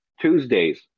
Tuesdays